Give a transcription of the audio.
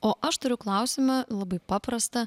o aš turiu klausimą labai paprastą